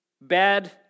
bad